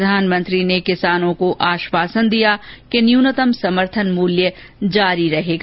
प्रधानमंत्री ने किसानों को आश्वासन दिया कि न्यूनतम समर्थन मूल्य जारी रहेगा